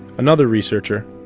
another researcher,